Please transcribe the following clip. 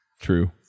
true